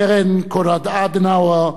קרן קונרד אדנאואר,